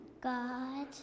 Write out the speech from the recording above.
God